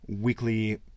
weekly